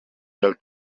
dal